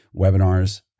webinars